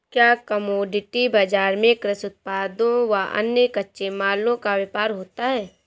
क्या कमोडिटी बाजार में कृषि उत्पादों व अन्य कच्चे मालों का व्यापार होता है?